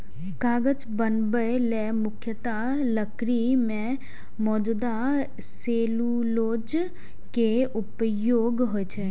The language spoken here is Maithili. कागज बनबै लेल मुख्यतः लकड़ी मे मौजूद सेलुलोज के उपयोग होइ छै